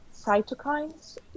cytokines